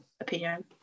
opinion